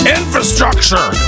infrastructure